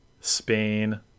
Spain